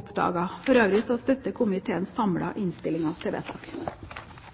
oppdaget. For øvrig støtter komiteen samlet innstillingen til vedtak.